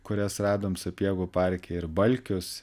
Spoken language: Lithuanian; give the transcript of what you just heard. kurias radom sapiegų parke ir balkius